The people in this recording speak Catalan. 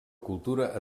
cultura